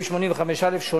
סעיף 38. לא,